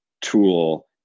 tool